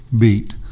beat